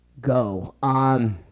go